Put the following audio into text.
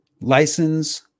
license